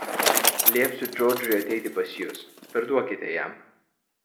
liepsiu džordžui ateiti pas jus perduokite jam